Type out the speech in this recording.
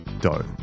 dough